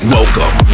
Welcome